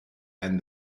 and